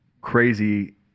crazy